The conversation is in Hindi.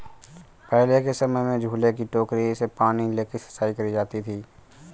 पहले के समय में झूले की टोकरी से पानी लेके सिंचाई करी जाती थी